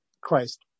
Christ